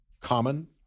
common